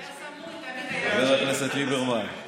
חבר הכנסת ליברמן,